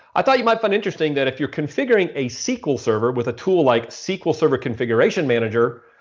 i thought you might find interesting that if you're configuring a sql server with a tool like sql server configuration manager,